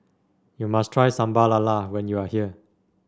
you must try Sambal Lala when you are here